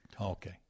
okay